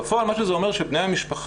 בפועל מה שזה אומר שבני המשפחה,